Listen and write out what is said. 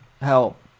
help